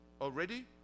already